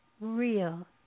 real